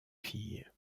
filles